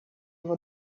его